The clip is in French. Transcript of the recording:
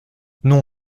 non